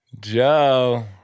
Joe